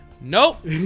Nope